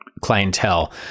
clientele